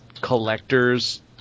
collectors